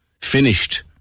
finished